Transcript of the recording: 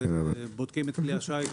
בודקים את כלי השיט,